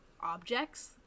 objects